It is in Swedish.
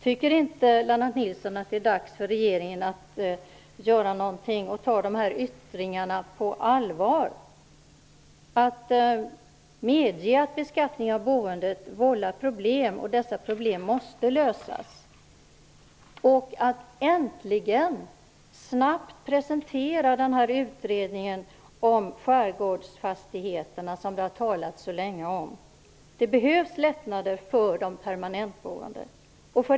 Tycker inte Lennart Nilsson att det är dags för regeringen att göra någonting, att ta de här yttringarna på allvar och medge att beskattningen av boendet vållar problem och att dessa problem måste lösas? Man borde äntligen snabbt presentera den utredning om skärgårdsfastigheterna som det har talats så länge om. Det behövs lättnader för de permanentboende.